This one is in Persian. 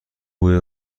بوی